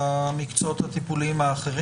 למקצועות הטיפוליים האחרים?